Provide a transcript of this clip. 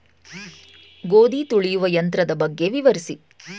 ಗೋಧಿ ತುಳಿಯುವ ಯಂತ್ರದ ಬಗ್ಗೆ ವಿವರಿಸಿ?